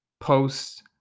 post